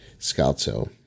Scalzo